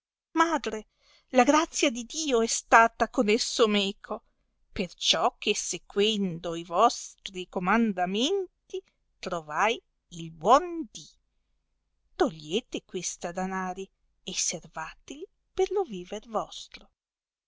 madre la grazia di dio è stata con esso meco perciò che essequendo i vostri comandamenti ti ovai il buon dì togliete questi danari e servateli per lo viver vostro